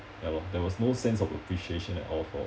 ya lor there was no sense of appreciation at all for